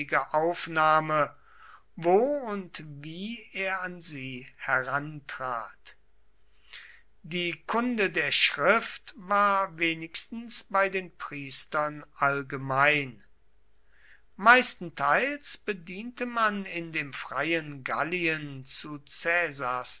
aufnahme wo und wie er an sie herantrat die kunde der schrift war wenigstens bei den priestern allgemein meistenteils bediente man in dem freien gallien zu